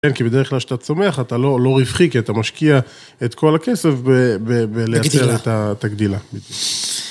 כן, כי בדרך כלל כשאתה צומח, אתה לא לא רווחי, כי אתה משקיע את כל הכסף בלייצר את את הגדילה.